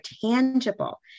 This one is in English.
tangible